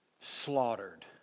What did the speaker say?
slaughtered